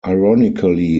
ironically